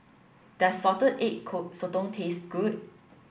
does salted egg sotong taste good